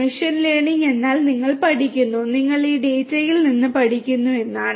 machine learning എന്നാൽ നിങ്ങൾ പഠിക്കുന്നു നിങ്ങൾ ഈ ഡാറ്റയിൽ നിന്ന് പഠിക്കുന്നു എന്നാണ്